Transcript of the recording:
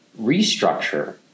restructure